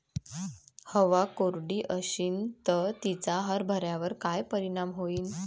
हवा कोरडी अशीन त तिचा हरभऱ्यावर काय परिणाम होईन?